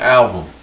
album